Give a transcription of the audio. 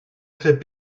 fait